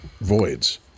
voids